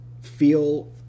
feel